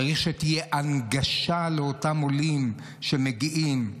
צריך שתהיה הנגשה לאותם עולים שמגיעים.